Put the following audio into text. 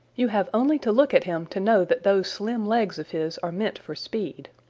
you have only to look at him to know that those slim legs of his are meant for speed.